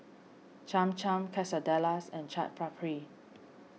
Cham Cham Quesadillas and Chaat Papri